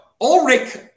Ulrich